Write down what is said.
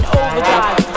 overdrive